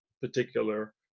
particular